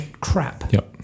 crap